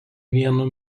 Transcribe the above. vienu